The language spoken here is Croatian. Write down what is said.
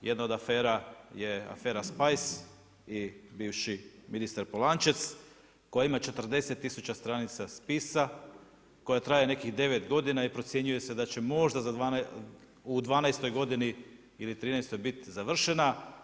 Jedna od afera je afera „Spice“ i bivši ministar Polančec koja ima 40000 stranica spisa, koja traje nekih 90 godina i procjenjuje se da će možda u 12 godini ili 13 biti završena.